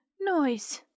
noise